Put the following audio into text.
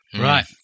right